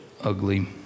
ugly